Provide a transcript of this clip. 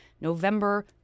november